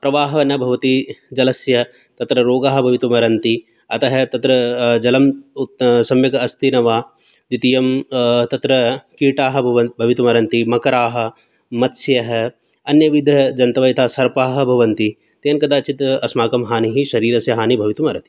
प्रवाहः न भवति जलस्य तत्र रोगाः भवितुमर्हन्ति अतः तत्र जलम् उत्त सम्यक् अस्ति न वा द्वितीयं तत्र कीटाः भवितुम् अर्हन्ति मकराः मत्स्यः अन्यविधजन्तवः यथा सर्पाः भवन्ति तेन कदाचित् अस्माकं हानिः शरीरस्य हानिः भवितुम् अर्हति